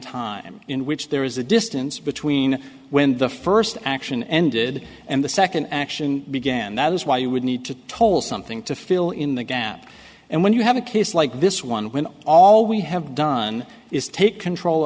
time in which there is a distance between when the first action ended and the second action began that is why you would need to toll something to fill in the gap and when you have a case like this one when all we have done is take control